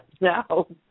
No